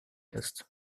ist